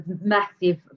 massive